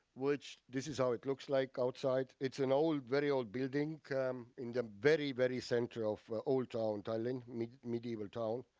which, this is how it looks like outside. it's an old, very old building in the um very, very center of ah old town thailand i mean medieval town.